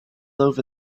over